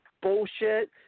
bullshit